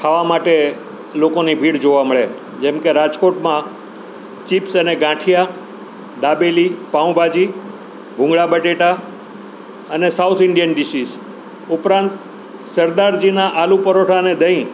ખાવા માટે લોકોની ભીડ જોવા મળે જેમ કે રાજકોટમાં ચિપ્સ અને ગાંઠિયા દાબેલી પાવભાજી ભૂંગળા બટેટા અને સાઉથ ઇન્ડિયન ડીસીઝ ઉપરાંત સરદારજીના આલુ પરોઠા અને દહીં